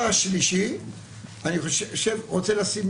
אני רוצה לשים